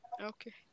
okay